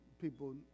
people